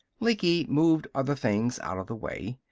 lecky moved other things out of the way.